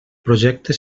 projecte